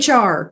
HR